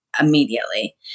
Immediately